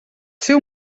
ser